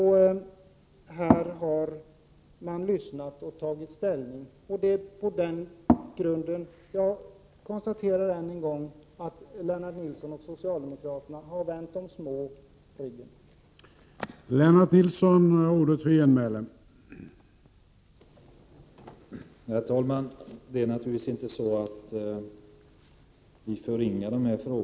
Här har man lyssnat och tagit ställning. Jag konstaterar än en gång att Lennart Nilsson och socialdemokraterna har vänt de små ryggen.